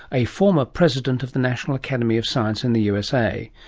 a former present of the national academy of science in the usa.